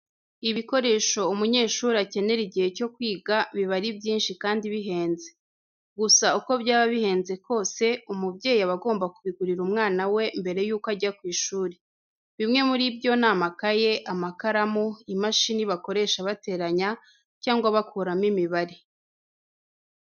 Ibikoresho umunyeshuri akenera igihe cyo kwiga biba ari byinshi kandi bihenze. Gusa uko byaba bihenze kose, umubyeyi aba agomba kubigurira umwana we mbere y'uko ajya ku ishuri. Bimwe muri byo ni amakayi, amakaramu, imashini bakoresha bateranya cyangwa bakuramo imibare.